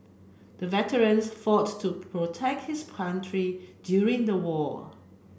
the veterans fought to protect his country during the war